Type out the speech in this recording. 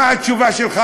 מה התשובה שלך,